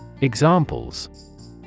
Examples